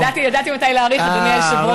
ידעתי מתי להאריך, אדוני היושב-ראש, אתה יודע.